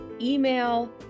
email